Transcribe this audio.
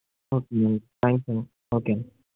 okay అండి thanks అండి okay అండి